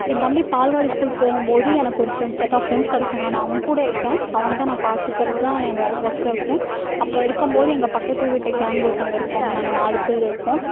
என் தம்பி பால்வாடி ஸ்கூல் போகும்போது எனக்கு ஒரு ஃப்ரெண்ட்ஸ் செட் ஆஃப் ஃப்ரெண்ட்ஸ் கிடைச்சாங்க நான் அவன் கூட இருப்பேன் அவனை தான் நான் பார்த்துக்கறதான் என் வே ஒர்க்காக இருக்கும் அப்போ இருக்கும்போது எங்கள் பக்கத்து வீட்டு கேங் ஒருத்தவங்க இருப்போம் நாங்கள் நாலு பேர் இருப்போம்